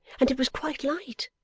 and it was quite light.